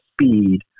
speed